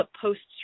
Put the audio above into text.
posts